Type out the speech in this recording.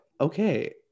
okay